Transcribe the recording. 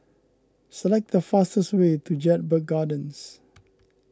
select the fastest way to Jedburgh Gardens